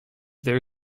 their